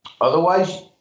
otherwise